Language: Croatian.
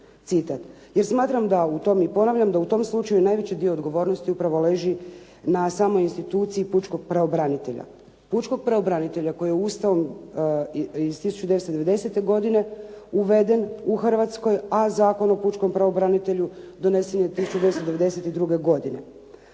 citat. Jer smatram i ponavljam da u tom slučaju najveći dio odgovornosti upravo leži na samoj instituciji pučkog pravobranitelja. Pučkog pravobranitelja koji je Ustavom iz 1990. godine uveden u Hrvatskoj, a Zakon o pučkom pravobranitelju donesen je 1992. godine.